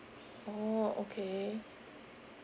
oh okay